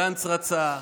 גנץ רצה,